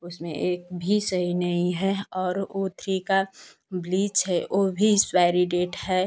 उसमें एक भी सही नहीं है और ओथ्री का ब्लीच है वह भी एक्सपाइरी डेट है